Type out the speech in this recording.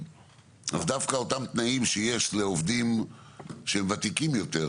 דווקא אותם תנאים שיש לעובדים שהם ותיקים יותר,